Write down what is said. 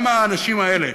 גם האנשים האלה,